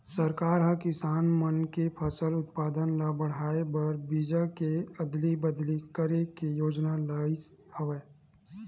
सरकार ह किसान मन के फसल उत्पादन ल बड़हाए बर बीजा के अदली बदली करे के योजना लइस हवय